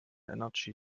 energy